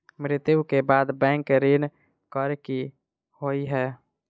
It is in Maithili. मृत्यु कऽ बाद बैंक ऋण कऽ की होइ है?